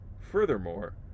Furthermore